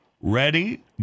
Ready